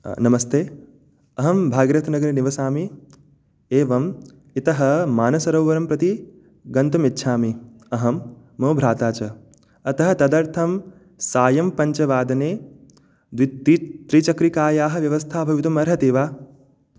नमस्ते अहं भागीरथ् नगरे निवसामि एवम् इतः मानसरोवरं प्रति गन्तुम् इच्छामि अहं मम भ्राता च अतः तदर्थं सायं पञ्चवादने द्वि द्वि त्रिचक्रिकायाः व्यवस्था भवितुम् अर्हति वा